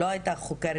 לא הייתה חוקרת,